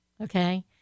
okay